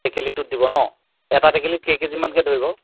টেকেলিটোত দিব ন এটা টেকেলিত কেই কে জিমানকৈ ধৰিব